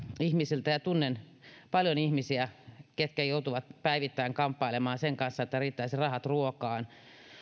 ihmisiltä ja tunnen paljon ihmisiä ketkä joutuvat päivittäin kamppailemaan sen kanssa että rahat riittäisivät ruokaan